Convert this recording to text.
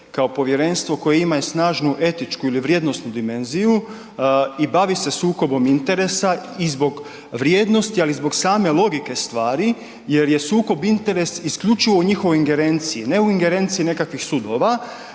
kao povjerenstvo koje ima snažnu etičku ili vrijednosnu dimenziju i bavi se sukobom interesa i zbog vrijednosti, ali i zbog same logike stvari jer je sukob interes isključivo u njihovoj ingerenciji, ne u ingerenciji nekakvih sudova,